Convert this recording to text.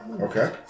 Okay